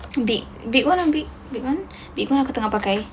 big big one lah big big one lah big one aku tengah pakai